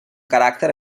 caràcter